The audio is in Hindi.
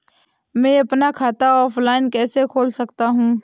मैं अपना खाता ऑफलाइन कैसे खोल सकता हूँ?